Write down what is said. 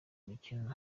mikino